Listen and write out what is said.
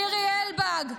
לירי אלבג,